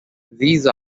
these